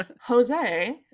jose